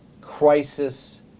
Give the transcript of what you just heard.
crisis